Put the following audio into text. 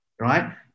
right